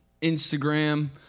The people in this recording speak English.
Instagram